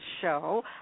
show